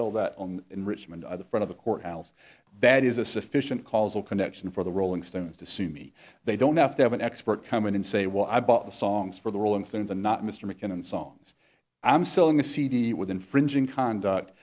sell that on enrichment at the front of the courthouse that is a sufficient causal connection for the rolling stones to sue me they don't have to have an expert come in and say well i bought the songs for the rolling stones and not mr mackinnon songs i'm selling a cd with infringing conduct